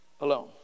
alone